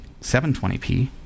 720p